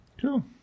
Cool